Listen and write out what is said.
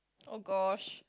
oh gosh